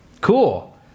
Cool